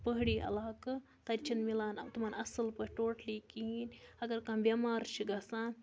پہٲڑی عَلاقہٕ تَتہِ چھنہٕ مِلان تِمَن اَصٕل پٲٹھۍ ٹوٹلی کِہیٖنۍ اَگر کانٛہہ بٮ۪مار چھُ گَژھان